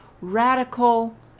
radical